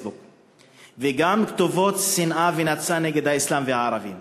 וגם כתובות שנאה ונאצה נגד האסלאם והערבים.